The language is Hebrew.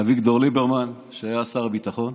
ואביגדור ליברמן, שהיה שר הביטחון